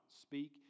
speak